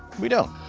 we don't.